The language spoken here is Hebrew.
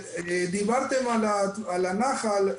דיברתם על הנחל,